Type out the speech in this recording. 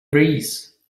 breeze